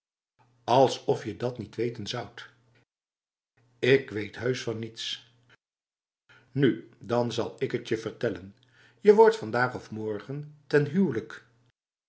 alsof je dat niet weten zoudt ik weet heus van nietsf nu dan zal ik het je vertellen je wordt vandaag of morgen ten huwelijk